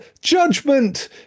judgment